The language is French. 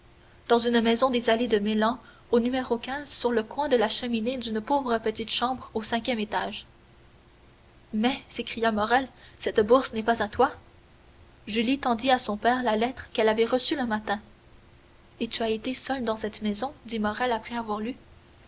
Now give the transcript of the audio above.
dans une maison des allées de meilhan au numéro sur le coin de la cheminée d'une pauvre petite chambre au cinquième étage mais s'écria morrel cette bourse n'est pas à toi julie tendit à son père la lettre qu'elle avait reçue le matin et tu as été seule dans cette maison dit morrel après avoir lu